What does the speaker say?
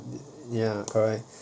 ya correct